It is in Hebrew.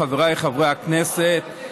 חבריי חברי הכנסת,